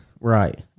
Right